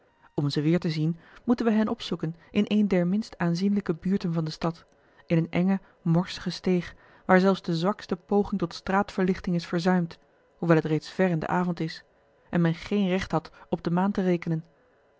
om ze weêr te zien moeten wij hen opzoeken in eene der minst aanzienlijke buurten van de stad in eene enge morsige steeg waar zelfs de zwakste poging tot straatverlichting is verzuimd hoewel het reeds ver in den avond is en men geen recht had op de maan te rekenen